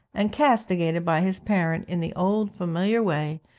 and castigated by his parent in the old familiar way,